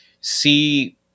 see